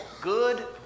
Good